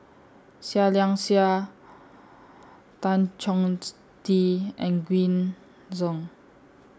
Seah Liang Seah Tan Chong Tee and Green Zeng